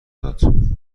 داد